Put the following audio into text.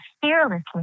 fearlessly